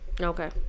Okay